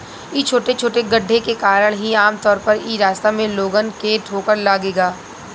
इ छोटे छोटे गड्ढे के कारण ही आमतौर पर इ रास्ता में लोगन के ठोकर लागेला